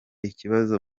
ikibazo